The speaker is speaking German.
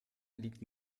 liegt